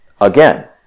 Again